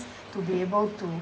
to be able to